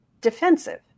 defensive